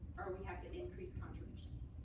or we have to increase contributions.